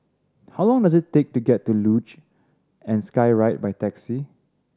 how long does it take to get to Luge and Skyride by taxi